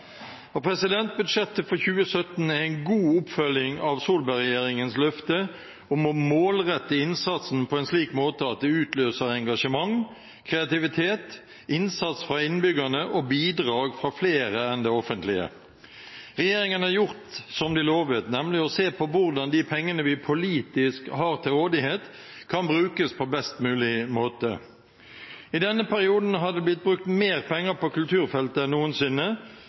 Budsjettet for 2017 er en god oppfølging av Solberg-regjeringens løfte om å målrette innsatsen på en slik måte at det utløser engasjement, kreativitet, innsats fra innbyggerne og bidrag fra flere enn det offentlige. Regjeringen har gjort som de lovte, nemlig å se på hvordan de pengene vi politisk har til rådighet, kan brukes på best mulig måte. I denne perioden har det blitt brukt mer penger på kulturfeltet enn noensinne,